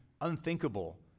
unthinkable